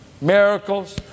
miracles